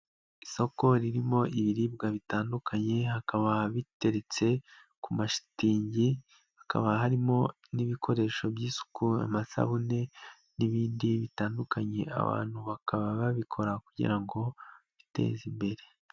Isoko ririmo ibiribwa bitandukanye hakaba biteretse ku mashitingi, hakaba harimo n'ibikoresho by'isuku amasabune n'ibindi bitandukanye, abantu bakaba babikora kugira ngo biteze imbere.